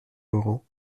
laurent